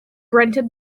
rented